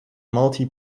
multi